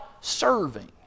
serving